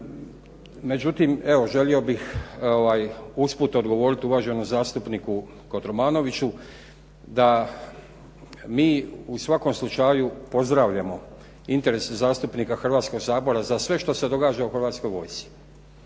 Međutim, evo želio bih usput odgovoriti uvaženom zastupniku Kotromanoviću da mi u svakom slučaju pozdravljamo interes zastupnika Hrvatskog sabora za sve što se događa u Hrvatskoj vojsci